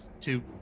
Two